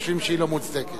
חושבים שהיא לא מוצדקת.